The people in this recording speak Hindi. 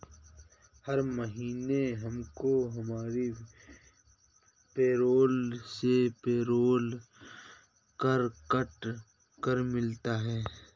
हर महीने हमको हमारी पेरोल से पेरोल कर कट कर मिलता है